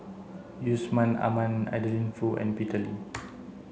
Yusman Aman Adeline Foo and Peter Lee